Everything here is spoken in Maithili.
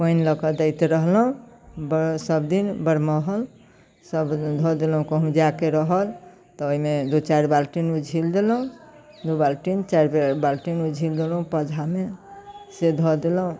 पानि लऽ कऽ दैत रहलहुँ ब सबदिन बरमहल सब धऽ देलहुँ कहूँ जाइके रहल तऽ ओहिमे दुइ चारि बाल्टी उझिल देलहुँ दुइ बाल्टी चारि बाल्टी उझिल देलहुँ पौधामे से धऽ देलहुँ